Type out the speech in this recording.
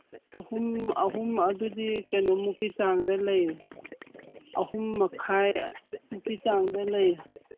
ꯑꯍꯨꯝ ꯑꯍꯨꯝ ꯑꯗꯨꯗꯤ ꯀꯩꯅꯣꯃꯨꯛꯀꯤ ꯆꯥꯡꯗ ꯂꯩ ꯑꯍꯨꯝ ꯃꯈꯥꯏꯃꯨꯛꯀꯤ ꯆꯥꯡꯗ ꯂꯩ